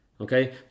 okay